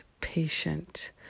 patient